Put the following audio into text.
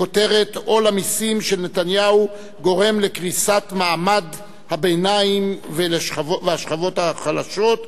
בכותרת: עול המסים של נתניהו גורם לקריסת מעמד הביניים והשכבות החלשות.